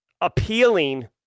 appealing